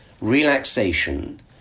relaxation